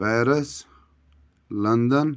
Paris London